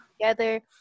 together